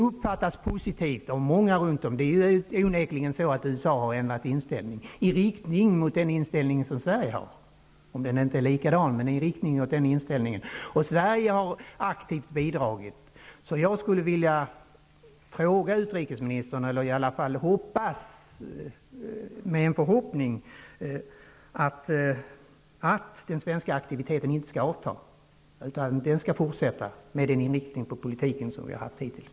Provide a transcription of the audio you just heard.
Det är onekligen så att USA har ändrat inställning i riktning mot den svenska inställningen. Jag hoppas att den svenska aktiviteten inte avtar, utan fortsätter med den inrikting på politiken som vi har haft hittills.